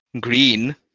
green